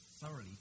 thoroughly